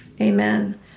Amen